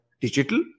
digital